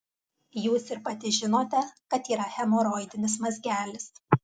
jūs ir pati žinote kad yra hemoroidinis mazgelis